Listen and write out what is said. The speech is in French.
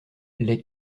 les